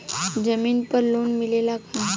जमीन पर लोन मिलेला का?